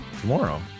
tomorrow